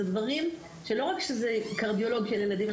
זה לא רק קרדיולוג ילדים,